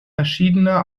verschiedene